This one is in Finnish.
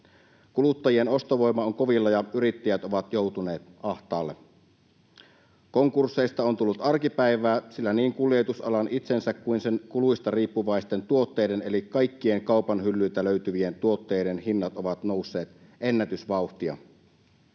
Kuluttajien ostovoima on kovilla, ja yrittäjät ovat joutuneet ahtaalle. Konkursseista on tullut arkipäivää, sillä niin kuljetusalan itsensä kuin sen kuluista riippuvaisten tuotteiden eli kaikkien kaupan hyllyiltä löytyvien tuotteiden hinnat ovat nousseet ennätysvauhtia.